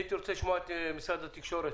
הייתי רוצה לשמוע את משרד התקשורת